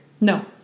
No